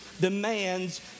demands